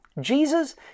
Jesus